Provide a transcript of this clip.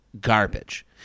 garbage